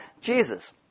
Jesus